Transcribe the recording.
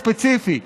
הספציפי,